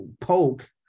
poke